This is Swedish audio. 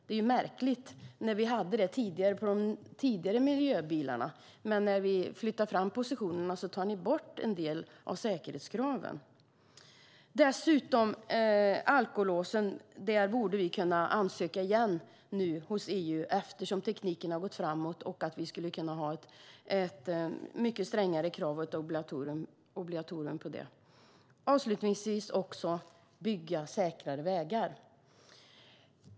Det är märkligt när vi hade det tidigare för de tidigare miljöbilarna. Men när vi flyttar fram positionerna tar ni bort en del av säkerhetskraven. Dessutom borde vi kunna ansöka igen om alkolåsen hos EU eftersom tekniken har gått framåt. Vi skulle kunna ha ett mycket strängare krav och ett obligatorium för det. Avslutningsvis handlar det också om att bygga säkrare vägar.